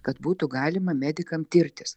kad būtų galima medikam tirtis